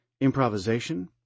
improvisation